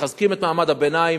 מחזקים את מעמד הביניים.